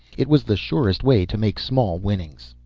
it was the surest way to make small winnings.